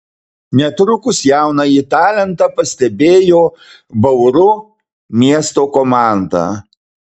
netrukus jaunąjį talentą pastebėjo bauru miesto komanda